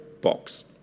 box